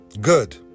Good